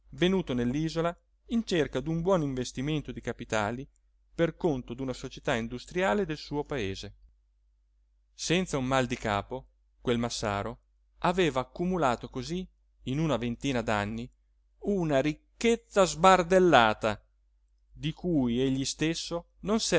venuto nell'isola in cerca d'un buon investimento di capitali per conto d'una società industriale del suo paese senza un mal di capo quel massaro aveva accumulato così in una ventina d'anni una ricchezza sbardellata di cui egli stesso non